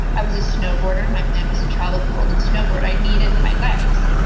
i was a snowboarder, my plan was to travel the world and snowboard. i needed my legs.